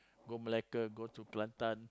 go Melaka go to Kelantan